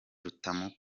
rutamu